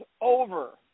over